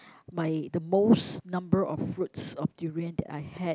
my the most number of fruits of durian that I had